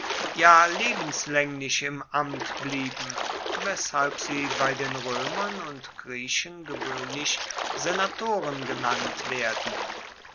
ja lebenslaenglich im amt blieben weshalb sie bei den roemern und griechen gewoehnlich senatoren genannt werden